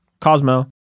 Cosmo